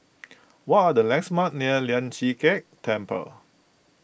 what are the landmarks near Lian Chee Kek Temple